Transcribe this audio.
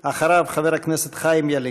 אחריו, חבר הכנסת חיים ילין.